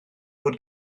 fod